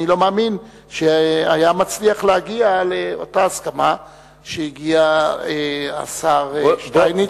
אני לא מאמין שהיה מצליח להגיע לאותה הסכמה שהגיע השר שטייניץ.